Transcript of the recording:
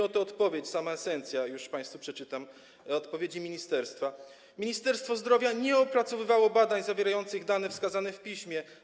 Oto odpowiedź, sama esencja, już państwu przeczytam, odpowiedzi ministerstwa: Ministerstwo Zdrowia nie opracowywało badań zawierających dane wskazane w piśmie.